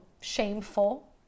shameful